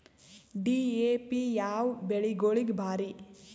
DAP ಯಾವ ಬೆಳಿಗೊಳಿಗ ಭಾರಿ?